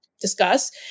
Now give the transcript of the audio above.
discuss